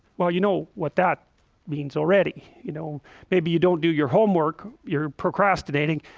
well, you know what that means already, you know maybe you don't do your homework you're procrastinating.